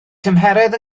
tymheredd